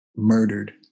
murdered